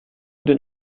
den